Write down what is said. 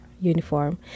uniform